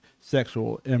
sexual